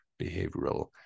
behavioral